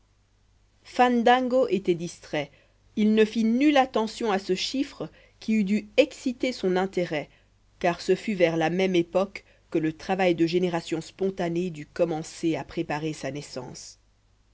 fandango était distrait il ne fit nulle attention à ce chiffre qui eut dû exciter son intérêt car ce fut vers la même époque que le travail de génération spontanée dût commencer à préparer sa naissance